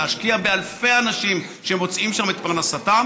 להשקיע באלפי אנשים שמוצאים שם את פרנסתם